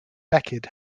beckett